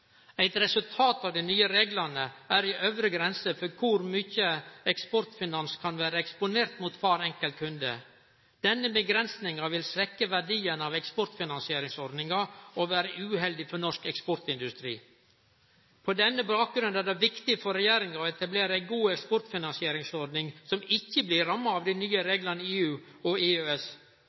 Eit resultat av dei nye reglane er ei øvre grense for kor mykje Eksportfinans kan vere eksponert mot kvar enkelt kunde. Denne avgrensinga vil svekkje verdien av eksportfinansieringsordninga og vere uheldig for norsk eksportindustri. På denne bakgrunn er det viktig for regjeringa å etablere ei god eksportfinansieringsordning som ikkje blir ramma av dei nye reglane i EU og i EØS.